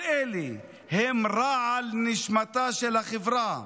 כל אלה הם רעל לנשמתה של החברה.